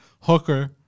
hooker